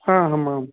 हा आम् आम्